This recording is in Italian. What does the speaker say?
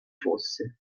fosse